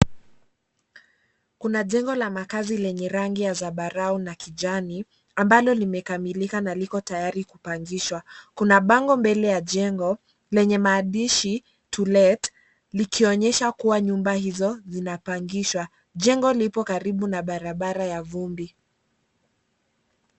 Kuna jengo la makazi lenye rangi ya zambarau na kijani ambalo limekamilika na likotayari kupangishwa. Kuna bango mbele ya jengo lenye maandishi to let likionyesha kuwa nyumba hizo zinapangishwa. Jengo lipo karibu na barabara ya vumbi.